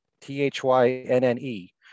T-H-Y-N-N-E